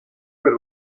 per